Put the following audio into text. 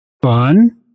fun